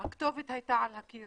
הכתובת הייתה על הקיר,